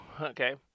okay